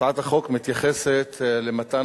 הצעת החוק מתייחסת למתן